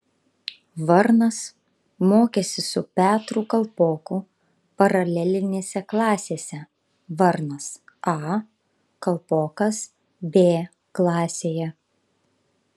varnas mokėsi su petru kalpoku paralelinėse klasėse varnas a kalpokas b klasėje